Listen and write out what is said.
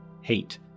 hate